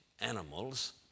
animals